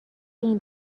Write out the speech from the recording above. این